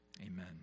Amen